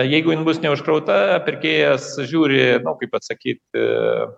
jeigu jin bus neužkrauta pirkėjas žiūri kaip atsakyti